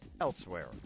elsewhere